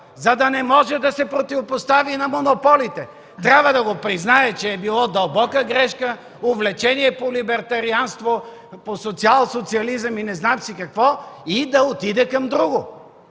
за да не може да се противопостави на монополите, трябва да го признае, че е било дълбока грешка, увлечение по либертарианство, по социал-социализъм и не знам си какво и да отиде към друго